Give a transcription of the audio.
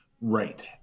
right